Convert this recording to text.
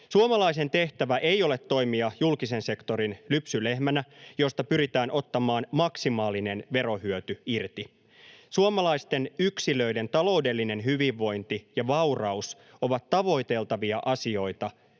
Suomalaisen tehtävä ei ole toimia julkisen sektorin lypsylehmänä, josta pyritään ottamaan maksimaalinen verohyöty irti. Suomalaisten yksilöiden taloudellinen hyvinvointi ja vauraus ovat tavoiteltavia asioita